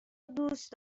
دوست